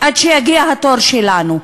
עד שיגיע התור שלנו.